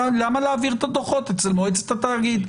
למה להעביר את הדוחות אצל מועצת התאגיד?